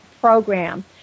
program